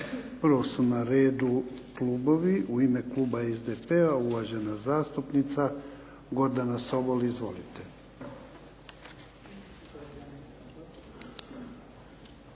Prvo su na redu klubovi. U ime Kluba SDP-a uvažena zastupnica Gordana Sobol. Izvolite.